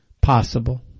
Possible